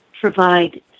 provide